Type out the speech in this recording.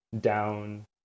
down